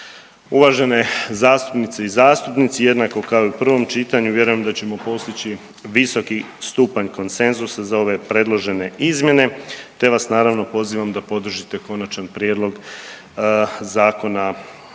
Uvažene zastupnice i zastupnici jednako kao i u prvom čitanju vjerujem da ćemo postići visoki stupanj konsenzusa za ove predložene izmjene, te vas naravno pozivam da podržite konačan prijedlog Zakona